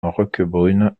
roquebrune